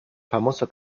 famoso